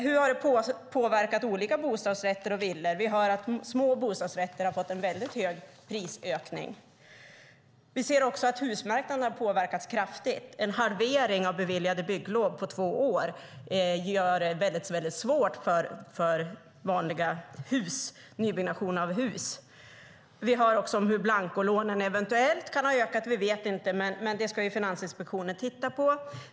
Hur har det påverkat bostadsrätter och villor? Vi hör att det har blivit en väldigt hög prisökning på små bostadsrätter. Vi ser att husmarknaden har påverkats kraftigt. En halvering av beviljade bygglov på två år gör det väldigt svårt för nybyggnation av hus. Vi hör också om att blancolånen eventuellt kan ha ökat. Vi vet inte, men det ska Finansinspektionen titta på.